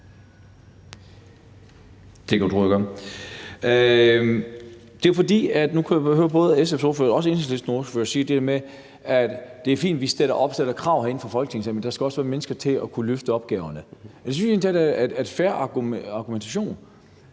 Det kan du tro jeg gør. Det er, fordi jeg nu kan høre både SF's ordfører og også Enhedslistens ordfører sige det her med, at det er fint, at vi opstiller krav herinde fra Folketinget, men at der også skal være mennesker til at kunne løse opgaverne. Det synes jeg egentlig